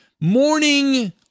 morning